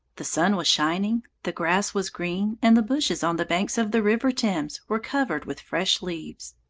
the sun was shining, the grass was green, and the bushes on the banks of the river thames were covered with fresh leaves.